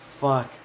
Fuck